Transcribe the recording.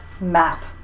map